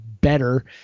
better